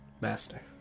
Master